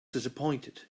disappointed